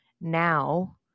now